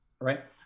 Right